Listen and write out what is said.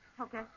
Okay